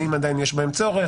האם עדיין יש בהם צורך?